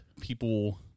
people